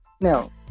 Now